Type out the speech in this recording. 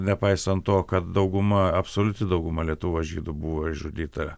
nepaisant to kad dauguma absoliuti dauguma lietuvos žydų buvo išžudyta